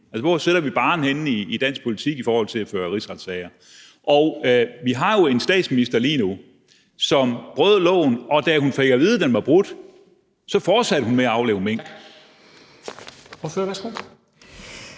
altså hvor sætter vi barren i dansk politik i forhold til at føre rigsretssager? Vi har jo en statsminister lige nu, som brød loven, og da hun fik at vide, at den var brudt, så fortsatte hun med at aflive mink.